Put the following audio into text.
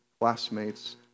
classmates